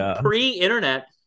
pre-internet